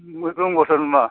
मोजां हरथारमा